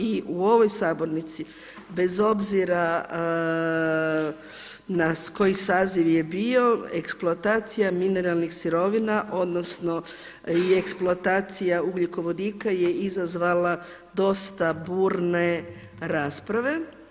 I u ovoj sabornici bez obzira na koji saziv je bio eksploatacija mineralnih sirovina odnosno i eksploatacija ugljikovodika je izazvala dosta burne rasprave.